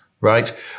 right